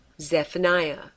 Zephaniah